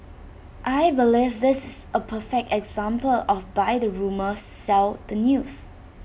I believe this is A perfect example of buy the rumour sell the news